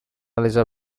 lisa